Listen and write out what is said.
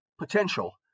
potential